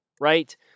right